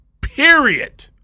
Period